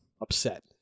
upset